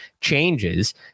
changes